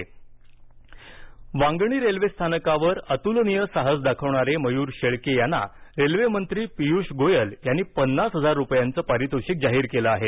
मयर शेळके पारितोषिक वांगणी रेल्वेस्थानकावर अतुलनीय साहस दाखवणारे मयूर शेळके यांना रेल्वेमंत्री पियूष गोयल यांनी पन्नास हजार रुपयांचं पारितोषिक जाहीर केलं आहे